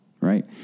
Right